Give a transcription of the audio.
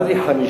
מה לי 50,000?